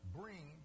bring